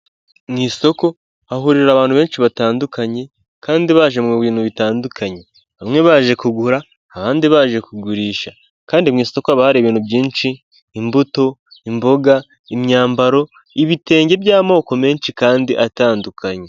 Mu isoko hahurira abantu benshi batandukanye kandi baje mu bintu bitandukanye bamwe baje kugura ahandi baje kugurisha, kandi mu isoko haba hari ibintu byinshi imbuto, imboga, imyambaro, ibitenge by'amoko menshi kandi atandukanye.